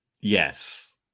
yes